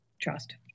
trust